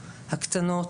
הקטנות,